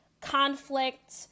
conflict